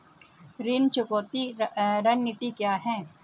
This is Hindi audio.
ऋण चुकौती रणनीति क्या है?